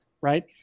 right